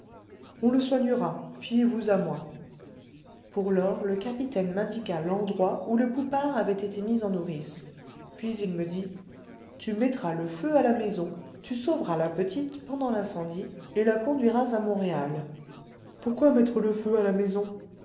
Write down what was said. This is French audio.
on le soignera fiez-vous à moi pour lors le capitaine m'indiqua l'endroit où le poupard avait été mis en nourrice puis il me dit tu mettras le feu à la maison tu sauveras la petite pendant l'incendie et la conduiras à montréal pourquoi mettre le feu à la maison